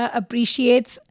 appreciates